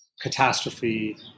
catastrophe